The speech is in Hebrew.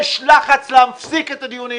יש לחץ להפסיק את הדיונים.